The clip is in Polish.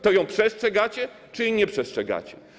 To ją przestrzegacie czy jej nie przestrzegacie?